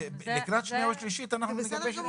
לקראת השנייה והשלישית נגבש את זה.